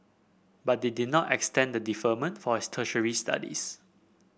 but they did not extend the deferment for his tertiary studies